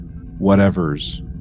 whatever's